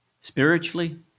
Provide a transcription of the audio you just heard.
Spiritually